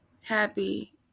happy